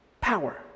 Power